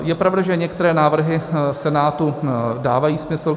Je pravda, že některé návrhy Senátu dávají smysl.